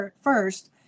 first